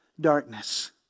darkness